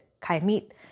Kaimit